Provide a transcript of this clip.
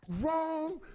wrong